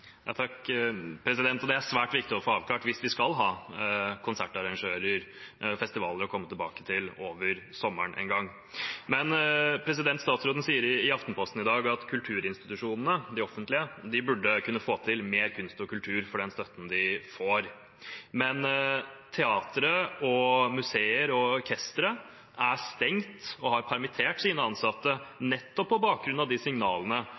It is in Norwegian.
Det er det svært viktig å få avklart hvis vi skal ha festivaler – konsertarrangører – å komme tilbake til over sommeren en gang. Statsråden sier i Aftenposten i dag at de offentlige kulturinstitusjonene burde kunne få til mer kunst og kultur for den støtten de får. Teateret, museet og orkesteret er stengt og har permittert sine ansatte, nettopp på bakgrunn av de signalene